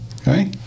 Okay